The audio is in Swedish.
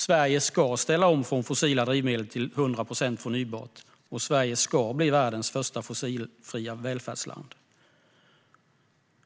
Sverige ska ställa om från fossila drivmedel till 100 procent förnybart, och Sverige ska bli världens första fossilfria välfärdsland.